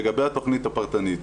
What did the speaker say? לגבי התכנית הפרטנית,